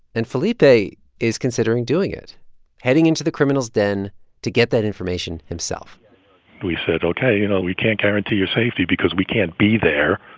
and felipe is considering doing it heading into the criminals' den to get that information himself we said, ok, you know, we can't guarantee your safety because we can't be there,